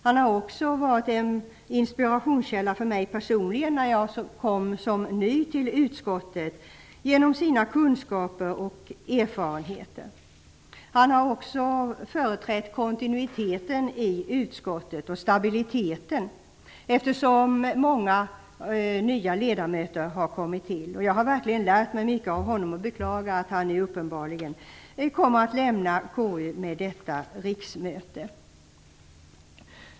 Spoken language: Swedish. Han har varit en inspirationskälla för mig personligen, när jag kom som ny till utskottet, genom sina kunskaper och erfarenheter, och han har företrätt kontinuiteten i utskottet och stabiliteten, eftersom många nya ledamöter har kommit till. Jag har verkligen lärt mig mycket av honom och beklagar att han uppenbarligen kommer att lämna KU med detta riksmöte.